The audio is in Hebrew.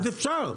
אז אפשר.